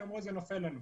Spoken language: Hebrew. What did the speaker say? הן אומרות: זה נופל לנו.